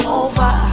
over